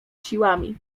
siłami